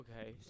Okay